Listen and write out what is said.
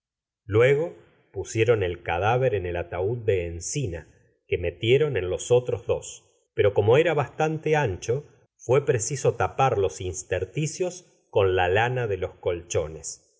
luego pusieron el cadáver en el ataúd de encina que metieron en los otros dos pero como era bastante ancho fué preciso tapar los intersticios con la lana de los colchones